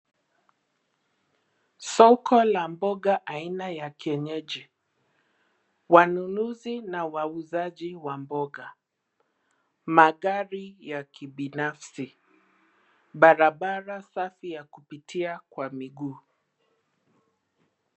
Soko la mboga aina ya kienyeji. Wanunuzi na wauzaji wa mboga. Magari ya kibinafsi. Barabara safi ya kupitia kwa miguu.